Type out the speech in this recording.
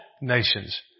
nations